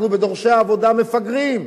בדורשי העבודה אנחנו מפגרים.